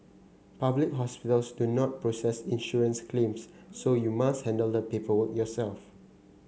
public hospitals do not process insurance claims so you must handle the paperwork yourself